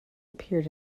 appeared